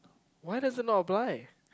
why doesn't apply